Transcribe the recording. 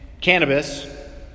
cannabis